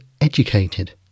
educated